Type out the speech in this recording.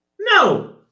No